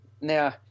now